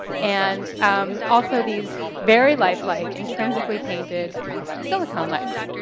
and um also these very life-like, intrinsically painted silicone legs.